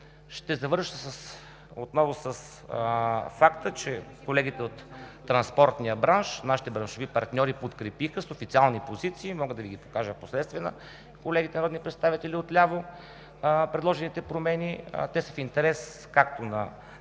Ще завърша отново с факта, че колегите от транспортния бранш, нашите браншови партньори подкрепиха с официални позиции – мога да Ви ги покажа впоследствие на колегите народни представители отляво, предложените промени. Те са в интерес както на